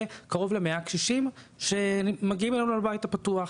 קרוב ל-100 קשישים שמגיעים אלינו לבית הפתוח.